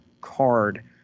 card